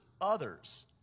others